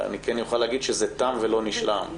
אני כן אוכל להגיד שזה תם ולא נשלם.